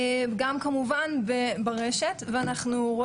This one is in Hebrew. ושומעים את העמדות ואת התפיסות שלהם.